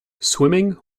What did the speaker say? swimming